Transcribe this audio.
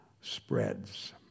spreads